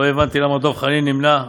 לא הבנתי למה דב חנין נמנע.